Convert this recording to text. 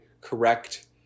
correct